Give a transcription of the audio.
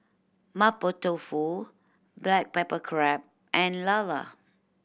Mapo Tofu black pepper crab and lala